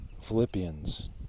Philippians